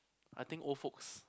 I think old folks